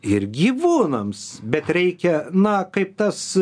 ir gyvūnams bet reikia na kaip tas